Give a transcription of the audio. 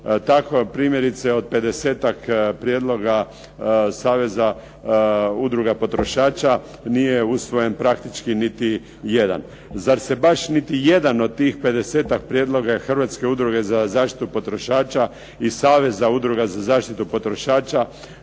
Tako primjerice od pedesetak prijedloga Saveza udruga potrošača nije usvojen praktički niti jedan. Zar se baš niti jedan od tih pedesetak prijedloga hrvatske udruge za zaštitu potrošača i Saveza udruga za zaštitu potrošača